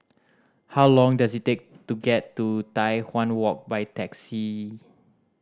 how long does it take to get to Tai Hwan Walk by taxi